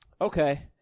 Okay